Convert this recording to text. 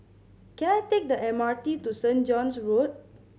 can I take the M R T to Saint John's Road